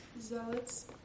zealots